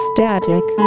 static